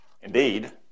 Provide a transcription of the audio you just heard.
Indeed